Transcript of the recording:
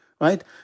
right